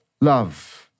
Love